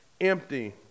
empty